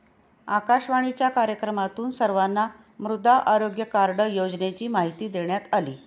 आकाशवाणीच्या कार्यक्रमातून सर्वांना मृदा आरोग्य कार्ड योजनेची माहिती देण्यात आली